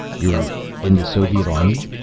you're in the soviet army?